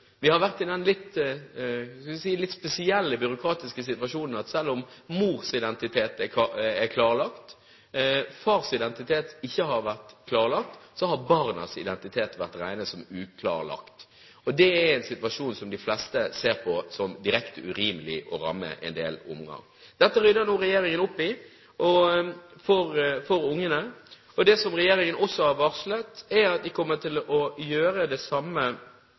Vi har vært i den – hva skal jeg si – litt byråkratiske situasjonen at selv om mors identitet er klarlagt, fars identitet ikke har vært klarlagt, så har barnas identitet vært regnet som uklarlagt. Det er en situasjon som de fleste ser på som direkte urimelig, at det skal ramme en del unger. Dette rydder nå regjeringen opp i for ungene. Det som regjeringen også har varslet, er at vi kommer til å gjøre det samme